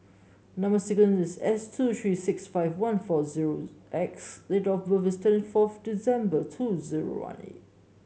number sequence is S two three six five one four zero X date of birth is twenty four December two zero one eight